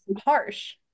harsh